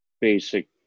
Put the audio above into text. basic